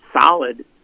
solid